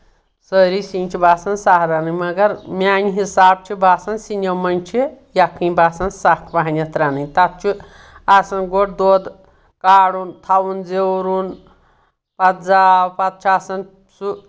سٲری سِنۍ چھِ باسان سَہَل رنٕنۍ مگر میانہِ حِساب چھِ باسان سِنٮ۪و منز چھِ یَکھٕنۍ باسان سکھ پَہنؠتھ رَنٕنۍ تَتھ چھُ آسان گۄڈٕ دۄد کارُن تھوُن زیورُن پتہٕ زاو پتہٕ چھُ آسان سُہ